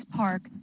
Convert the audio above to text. park